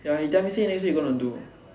ya he tell me say next week he gonna do